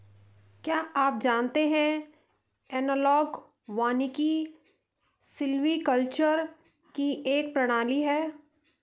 क्या आप जानते है एनालॉग वानिकी सिल्वीकल्चर की एक प्रणाली है